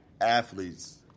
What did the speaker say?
athletes